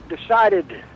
decided